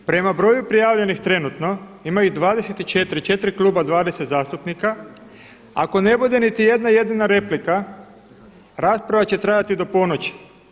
Prema broju prijavljenih trenutno ima ih 24, 4 kluba i 20 zastupnika ako ne bude niti jedna jedina replika rasprava će trajati do ponoći.